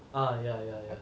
ah ya ya ya